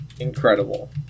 Incredible